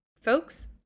folks